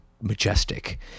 majestic